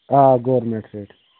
آ government rate